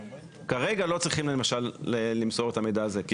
כרגע לא צריכים למשל למסור את המידע הזה.